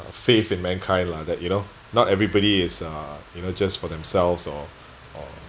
faith in mankind lah that you know not everybody is uh you know just for themselves or or